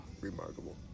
remarkable